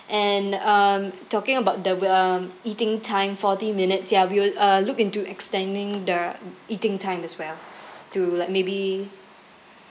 and um talking about the um eating time forty minutes ya we will uh look into extending the eating time as well to like maybe